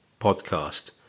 podcast